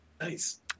Nice